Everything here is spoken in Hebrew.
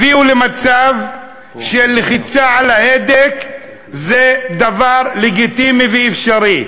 הביאו למצב שלחיצה על ההדק זה דבר לגיטימי ואפשרי.